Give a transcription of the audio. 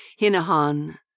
Hinahan